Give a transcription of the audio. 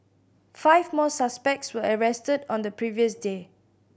five more suspects were arrested on the previous day